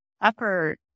upper